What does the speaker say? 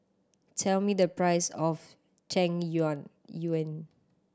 tell me the price of tang yuen